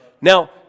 Now